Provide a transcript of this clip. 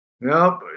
Nope